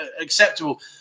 acceptable